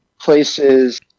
places